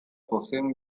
poseen